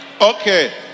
Okay